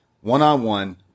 One-on-one